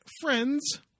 Friends